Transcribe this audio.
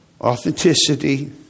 authenticity